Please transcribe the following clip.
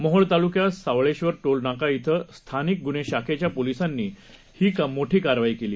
मोहोळतालुक्यातसावळेश्वरटोलनाका श्विस्थानिकगुन्हेशाखेच्यापोलिसांनीहीमोठीकारवाईकेली